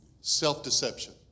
Self-deception